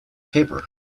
paper